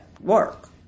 work